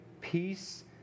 peace